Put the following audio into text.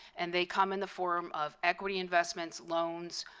and they come in the form of equity investments, loans,